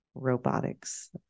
robotics